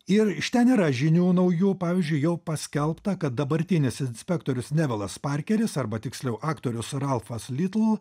ir iš ten yra žinių naujų pavyzdžiui jau paskelbta kad dabartinis inspektorius nevalas parkeris arba tiksliau aktorius ralfas litl